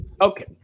Okay